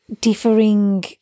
differing